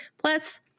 Plus